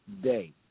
day